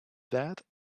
that